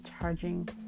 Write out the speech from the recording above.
charging